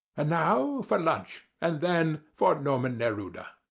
and now for lunch, and then for norman neruda.